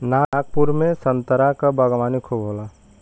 नागपुर में संतरा क बागवानी खूब होला